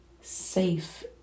safe